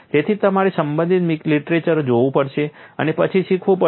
તેથી તમારે સંબંધિત લીટરેચર જોવું પડશે અને પછી શીખવું પડશે